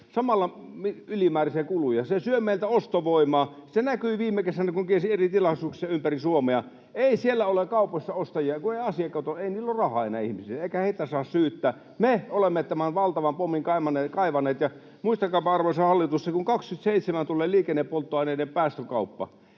samalla ylimääräisiä kuluja? Se syö meiltä ostovoimaa. Se näkyi viime kesänä, kun kiersin eri tilaisuuksissa ympäri Suomea. Ei siellä ole kaupoissa ostajia, kun ei asiakkaita ole. Ei ole rahaa enää ihmisillä, eikä heitä saa syyttää. Me olemme tämän valtavan pommin kaivaneet. Ja muistakaapa, arvoisa hallitus, että kun vuonna 27 tulee liikennepolttoaineiden päästökauppa,